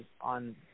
on